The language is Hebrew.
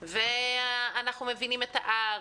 ואנחנו מבינים את ה-R,